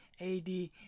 AD